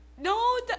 No